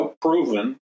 proven